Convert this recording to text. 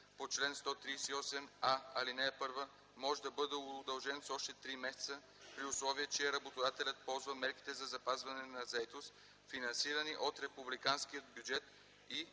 по чл. 138а, ал. 1, може да бъде удължен с още три месеца, при условие че работодателят ползва мерки за запазване на заетост, финансирани от републиканския бюджет